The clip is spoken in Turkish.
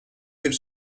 bir